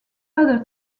other